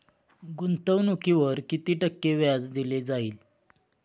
गुंतवणुकीवर किती टक्के व्याज दिले जाईल?